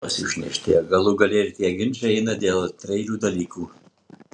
galų gale ir tie ginčai eina dėl antraeilių dalykų